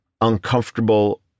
uncomfortable